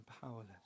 powerless